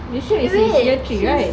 wait